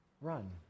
Run